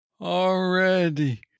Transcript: already